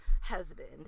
husband